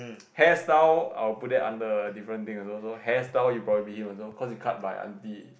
hairstyle I will put it under different thing also so hairstyle you probably beat him also because he cut by aunty